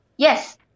Yes